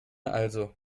also